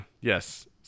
Yes